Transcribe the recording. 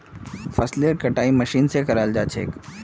फसलेर कटाई मशीन स कराल जा छेक